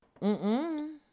Mm-mm